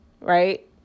right